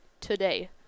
today